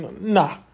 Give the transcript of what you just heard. Nah